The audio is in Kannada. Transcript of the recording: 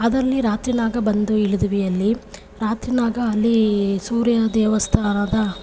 ಅದ್ರಲ್ಲಿ ರಾತ್ರಿನಾಗ ಬಂದು ಇಳಿದ್ವಿ ಅಲ್ಲಿ ರಾತ್ರಿನಾಗ ಅಲ್ಲಿ ಸೂರ್ಯ ದೇವಸ್ಥಾನದ